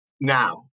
Now